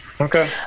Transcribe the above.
Okay